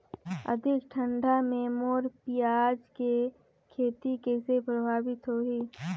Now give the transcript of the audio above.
अधिक ठंडा मे मोर पियाज के खेती कइसे प्रभावित होही?